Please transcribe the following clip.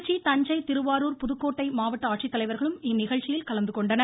திருச்சி தஞ்சை திருவாரூர் புதுக்கோட்டை மாவட்ட ஆட்சித்தலைவர்களும் இந்நிகழ்ச்சியில் கலந்து கொண்டனர்